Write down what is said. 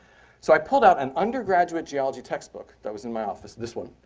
so i pulled out an undergraduate geology textbook that was in my office, this one.